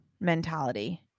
mentality